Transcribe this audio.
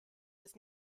was